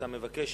אתה מבקש